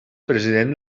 president